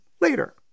later